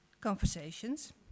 conversations